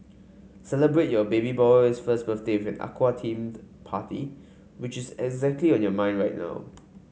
celebrate your baby boy's first birthday with aqua themed party which is exactly on your mind right now